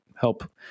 help